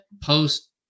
post